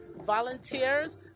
volunteers